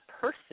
person